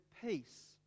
peace